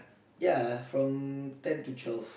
ya from ten to twelve